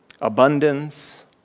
abundance